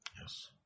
Yes